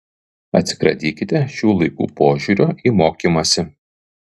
atsikratykite šių laikų požiūrio į mokymąsi